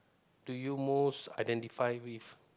do you most identify with